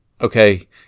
okay